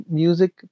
music